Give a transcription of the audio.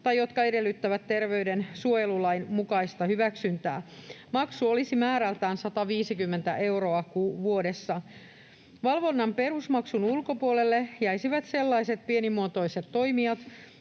tai jotka edellyttävät terveydensuojelulain mukaista hyväksyntää. Maksu olisi määrältään 150 euroa vuodessa. Valvonnan perusmaksun ulkopuolelle jäisivät sellaiset pienimuotoiset toimijat,